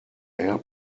air